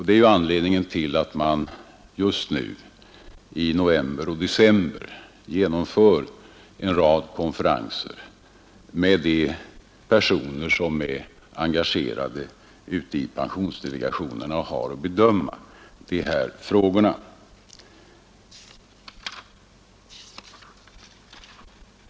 Det är ju anledningen till att man just nu i november och december genomför en rad konferenser med de personer som är engagerade ute i pensionsdelegationerna och har att bedöma de här frågorna.